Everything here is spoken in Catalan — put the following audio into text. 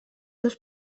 dos